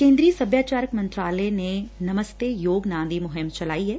ਕੇ'ਦਰੀ ਸਭਿਆਚਾਰ ਮੰਤਰਾਲੇ ਨੇ ਨਮਸਤੇ ਯੋਗ ਨਾਂ ਦੀ ਮੁਹਿੰਮ ਚਲਾਈ ਐ